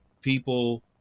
people